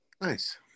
Nice